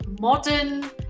modern